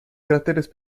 cráteres